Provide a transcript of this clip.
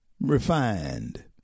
refined